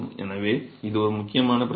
எனவே இது ஒரு முக்கியமான பிரச்சனை